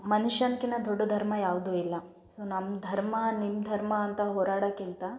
ಮನುಷ್ಯನ್ಕಿಂತ ದೊಡ್ಡ ಧರ್ಮ ಯಾವುದೂ ಇಲ್ಲ ಸೊ ನಮ್ಮ ಧರ್ಮ ನಿಮ್ಮ ಧರ್ಮ ಅಂತ ಹೋರಾಡದ್ಕಿಂತ